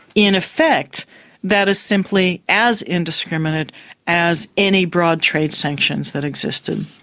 in effect that is simply as indiscriminate as any broad trade sanctions that existed.